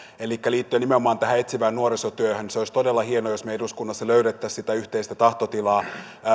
liittyen nimenomaan tähän etsivään nuorisotyöhön se olisi todella hienoa jos me eduskunnassa löytäisimme sitä yhteistä tahtotilaa